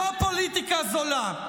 זאת פוליטיקה זולה.